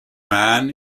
man